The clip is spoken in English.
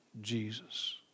Jesus